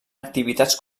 activitats